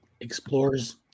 explores